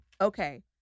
okay